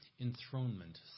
enthronement